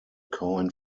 coined